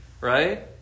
Right